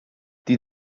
die